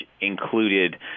included